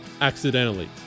accidentally